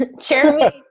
Jeremy